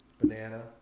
banana